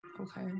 Okay